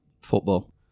Football